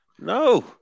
No